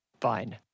Fine